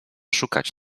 szukać